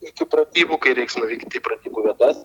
iki pratybų kai reiks nuvykti į pratybų vietas